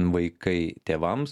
vaikai tėvams